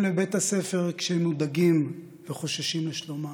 לבית הספר כשהם מודאגים וחוששים לשלומם.